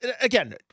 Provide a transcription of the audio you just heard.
Again